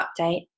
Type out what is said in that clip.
update